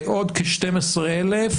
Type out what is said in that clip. ועוד כ-12,000